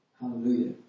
Hallelujah